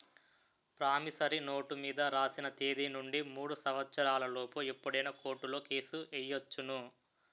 promissory note మీద రాసిన తేదీ నుండి మూడు సంవత్సరాల లోపు ఎప్పుడైనా కోర్టులో కేసు ఎయ్యొచ్చును